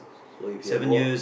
so if you had work